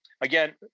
again